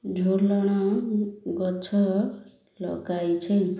ଝୋଲଣ ଗଛ ଲଗାଇଛି